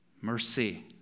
mercy